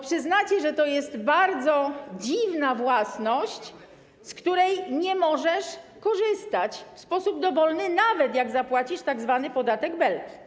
Przyznacie, że to jest bardzo dziwna własność, z której nie możesz korzystać w sposób dowolny, nawet jak zapłacisz tzw. podatek Belki.